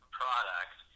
product